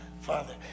father